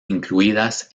incluidas